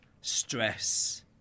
stress